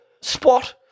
Spot